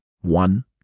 one